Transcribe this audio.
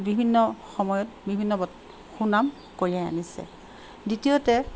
বিভিন্ন সময়ত বিভিন্ন ব সুনাম কঢ়িয়াই আনিছে দ্বিতীয়তে